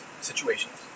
situations